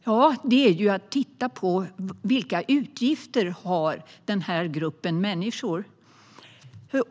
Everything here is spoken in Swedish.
Man kan titta på vilka utgifter denna grupp har.